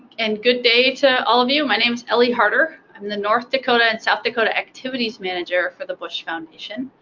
and good day to all of you. my name's elli haerter. i'm the north dakota and south dakota activities manager for the bush foundation,